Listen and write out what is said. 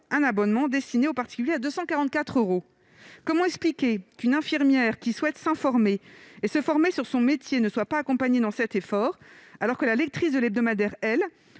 annuel destiné aux particuliers est vendu à 244 euros. Comment expliquer qu'une infirmière qui souhaite s'informer et se former sur son métier ne soit pas accompagnée dans cet effort, alors que la lectrice de l'hebdomadaire, dont